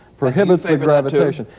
prohibits a gravitation.